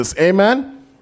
amen